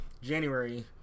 January